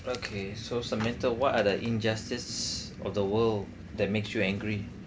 okay so samantha what are the injustice of the world that makes you angry